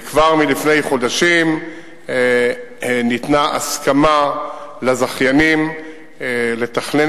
וכבר לפני חודשים ניתנה הסכמה לזכיינים לתכנן